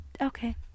okay